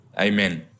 Amen